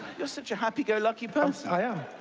you're such a happy-go-lucky person. i am.